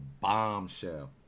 bombshell